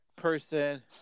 person